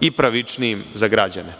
i pravičnijim za građane.